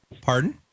Pardon